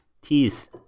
Tease